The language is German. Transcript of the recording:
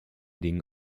dingen